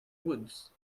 woods